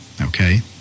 okay